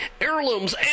heirlooms